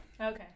Okay